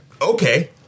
okay